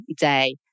day